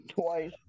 twice